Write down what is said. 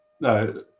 no